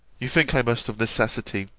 you think i must of necessity,